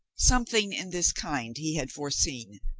something in this kind he had foreseen,